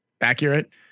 accurate